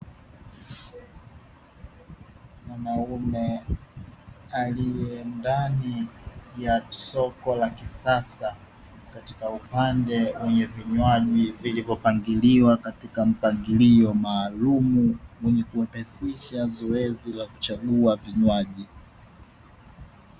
Mwanume aliye ndani ya soko la kisasa, katika upande wenye vinywaji vilivyopangiliwa katika mpangilio maalumu, wenye kuwepesisha zoezi la kuchagua vinywaji.